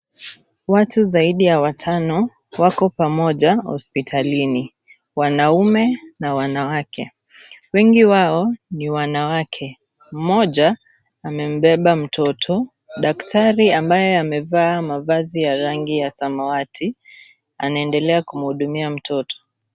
Watu zaidi ya watano wako pamoja hospitalini, wanaume na wanawake wengi wao n wanawake, mmoja amembeba mtoto, daktari ambaye amevaa mavazi ya rangi ya samawati anaendelea kumhudumia mtoto.